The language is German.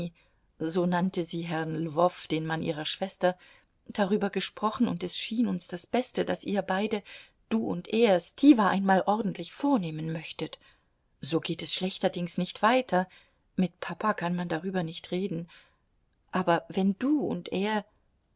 uns das beste daß ihr beide du und er stiwa einmal ordentlich vornehmen möchtet so geht es schlechterdings nicht weiter mit papa kann man darüber nicht reden aber wenn du und er